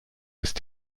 ist